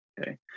Okay